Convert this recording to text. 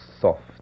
soft